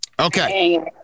Okay